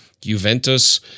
Juventus